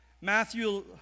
Matthew